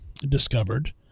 discovered